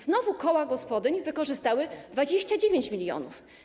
Znowu koła gospodyń wykorzystały 29 mln.